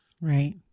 Right